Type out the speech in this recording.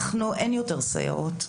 אין יותר סייעות,